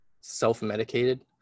self-medicated